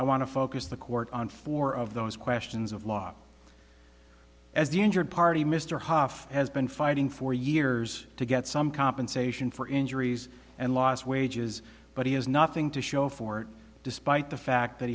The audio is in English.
to focus the court on four of those questions of law as the injured party mr hough has been fighting for years to get some compensation for injuries and lost wages but he has nothing to show for it despite the fact that